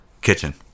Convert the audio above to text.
kitchen